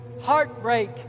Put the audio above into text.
heartbreak